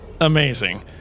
amazing